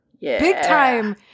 Big-time